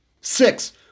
Six